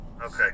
Okay